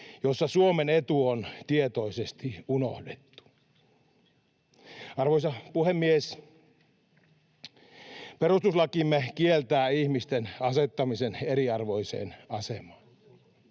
ja Suomen etu on tietoisesti unohdettu. Arvoisa puhemies! Perustuslakimme kieltää ihmisten asettamisen eriarvoiseen asemaan.